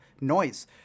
Noise